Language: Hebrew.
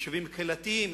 יישובים קהילתיים,